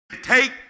Take